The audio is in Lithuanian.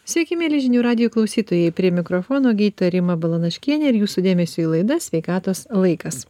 sveiki mieli žinių radijo klausytojai prie mikrofono gytoja rima balanaškienė ir jūsų dėmesiui laida sveikatos laikas